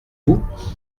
vous